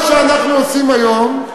מה שאנחנו עושים היום,